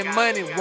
money